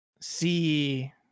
see